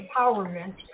empowerment